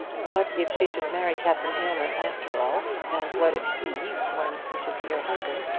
what if she should marry captain aylmer after all and what if he, when he should be her husband,